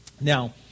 Now